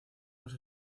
los